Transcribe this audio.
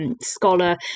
scholar